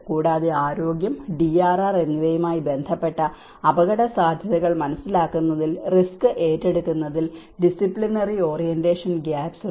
കൂടാതെ ആരോഗ്യം ഡിആർആർ എന്നിവയുമായി ബന്ധപ്പെട്ട അപകടസാധ്യതകൾ മനസ്സിലാക്കുന്നതിൽ റിസ്ക് ഏറ്റെടുക്കുന്നതിൽ ഡിസ്സിപ്ലിനറി ഓറിയന്റേഷൻ ഗാപ്സ് ഉണ്ട്